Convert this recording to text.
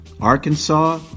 Arkansas